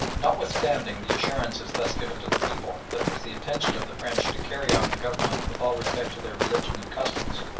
notwithstanding the assurances thus given to the people, that it was the intention of the french to carry on the government with all respect to their religion and customs,